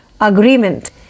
Agreement